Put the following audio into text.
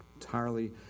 entirely